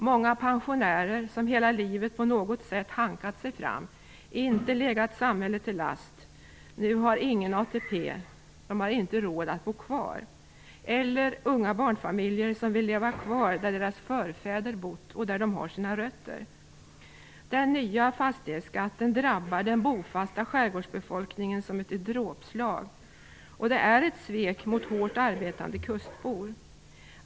Många pensionärer, som hela livet på något sätt hankat sig fram, inte legat samhället till last och nu inte har någon ATP, har inte råd att bo kvar. Det kan också gälla unga barnfamiljer som vill leva kvar där deras förfäder bott och där de har sina rötter. Den nya fastighetsskatten drabbar den bofasta skärgårdsbefolkningen som ett dråpslag och är ett svek mot hårt arbetande kustbor.